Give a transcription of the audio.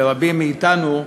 לרבים מאתנו: